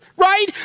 right